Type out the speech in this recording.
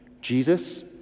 Jesus